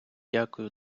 дякую